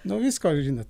nu visko žinot